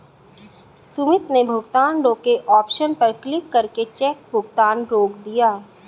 सुमित ने भुगतान रोके ऑप्शन पर क्लिक करके चेक भुगतान रोक दिया